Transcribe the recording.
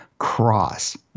cross